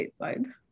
stateside